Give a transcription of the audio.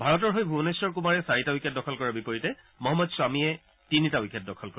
ভাৰতৰ হৈ ভূৱনেখৰ কুমাৰে চাৰিটা উইকেট দখল কৰাৰ বিপৰীতে মহম্মদ শ্বামীয়ে তিনিটা উইকেট লাভ কৰে